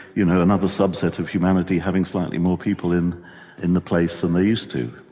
you know, another subset of humanity having slightly more people in in the place than they used to?